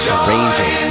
arranging